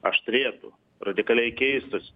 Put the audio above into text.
aštrėtų radikaliai keistųs